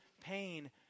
pain